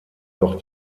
doch